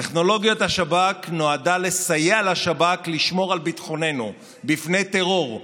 טכנולוגיית השב"כ נועדה לסייע לשב"כ לשמור על ביטחוננו מפני טרור,